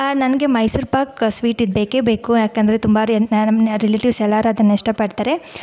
ನನಗೆ ಮೈಸೂರು ಪಾಕ್ ಸ್ವೀಟ್ ಇದು ಬೇಕೇ ಬೇಕು ಏಕೆಂದ್ರೆ ತುಂಬ ರೆನ್ ನಮ್ಮ ರಿಲೇಟಿವ್ಸ್ ಎಲ್ಲರು ಅದನ್ನ ಇಷ್ಟಪಡ್ತಾರೆ